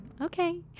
Okay